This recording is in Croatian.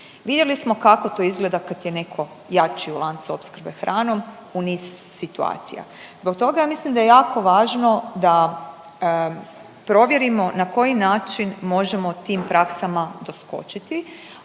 Vidjeli smo kako to izgleda kad je neko jači u lancu opskrbe hranom u niz situacija. Zbog toga ja mislim da je jako važno da provjerimo na koji način možemo tim praksama doskočiti,